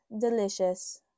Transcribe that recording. delicious